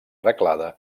reglada